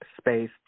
space